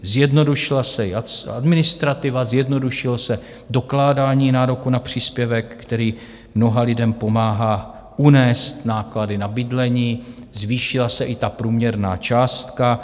Zjednodušila se i administrativa, zjednodušilo se dokládání nároku na příspěvek, který mnoha lidem pomáhá unést náklady na bydlení, zvýšila se i ta průměrná částka.